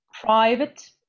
private